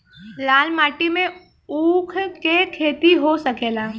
लाल माटी मे ऊँख के खेती हो सकेला?